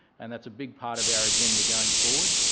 and that's a big part of our agenda going forward.